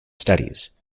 studies